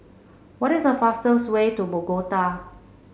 what is the fastest way to Bogota